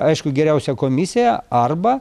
aišku geriausia komisija arba